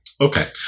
Okay